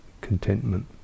contentment